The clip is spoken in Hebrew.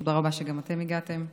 תודה רבה שגם אתם הגעתם,